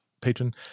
patron